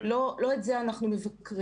לא את זה אנחנו מבקרים.